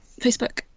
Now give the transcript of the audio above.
Facebook